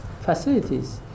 facilities